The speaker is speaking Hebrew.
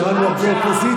שמענו את האופוזיציה.